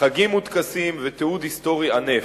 חגים וטקסים ותיעוד היסטורי ענף.